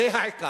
זה העיקר.